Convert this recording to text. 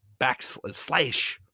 backslash